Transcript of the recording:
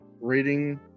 reading